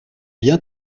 bien